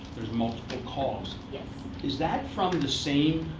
there's multiple calls, yeah is that from the same